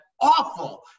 awful